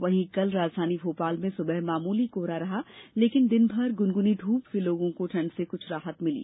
वहीं कल राजधानी भोपाल में सुबह मामूली कोहरा रहा लेकिन दिनभर गुनगुनी धूप से लोगों को ठंड से कुछ राहत मिली